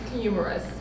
humorous